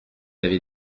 avait